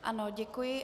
Ano, děkuji.